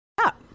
up